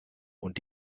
und